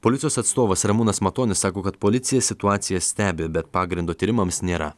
policijos atstovas ramūnas matonis sako kad policija situaciją stebi bet pagrindo tyrimams nėra